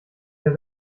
der